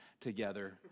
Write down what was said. together